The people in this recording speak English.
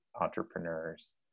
entrepreneurs